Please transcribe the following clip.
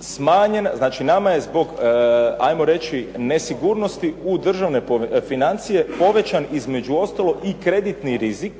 Smanjen, znači nama je zbog ajmo reći nesigurnosti u državne financije povećan između ostalog i kreditni rizik